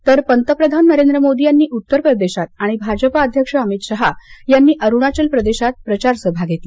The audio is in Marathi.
तर पंतप्रधान नरेंद्र मोदी यांनी उत्तर प्रदेशात तर भाजपा अध्यक्ष अमित शहा यांनी अरुणाचल प्रदेशात प्रचार सभा घेतल्या